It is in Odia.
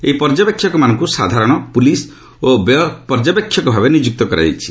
ଏହି ପର୍ଯ୍ୟବେକ୍ଷକମାନଙ୍କୁ ସାଧାରଣ ପୁଲିସ୍ ଓ ବ୍ୟୟ ପର୍ଯ୍ୟବେକ୍ଷକ ଭାବେ ନିଯୁକ୍ତ କରାଯାଇଛି